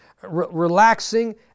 relaxing